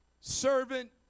servant